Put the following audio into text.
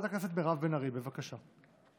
חברת הכנסת מירב בן ארי, בבקשה.